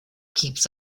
keeps